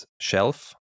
shelf